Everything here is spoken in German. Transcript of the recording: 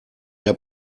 der